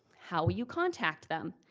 how will you contact them?